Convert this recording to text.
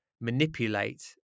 manipulate